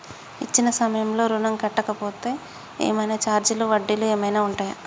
ఇచ్చిన సమయంలో ఋణం కట్టలేకపోతే ఏమైనా ఛార్జీలు వడ్డీలు ఏమైనా ఉంటయా?